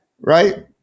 right